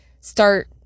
start